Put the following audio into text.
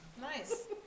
Nice